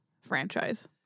franchise